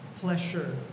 pleasure